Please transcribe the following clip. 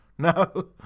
No